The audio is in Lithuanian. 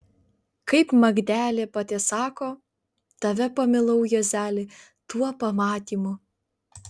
kaip magdelė pati sako tave pamilau juozeli tuo pamatymu